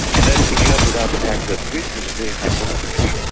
and then if you add to that the fact that greece has a very high poverty ratio.